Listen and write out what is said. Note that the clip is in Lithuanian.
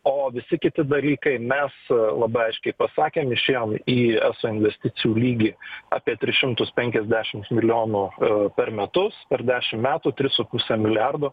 o visi kiti dalykai mes labai aiškiai pasakėm išėjom į eso investicijų lygį apie tris šimtus penkiasdešim milijonų per metus per dešim metų tris su puse milijardo